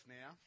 now